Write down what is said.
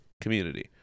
Community